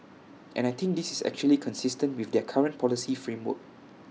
and I think this is actually consistent with their current policy framework